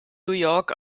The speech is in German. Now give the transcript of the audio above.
york